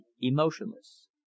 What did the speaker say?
emotionless